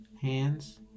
hands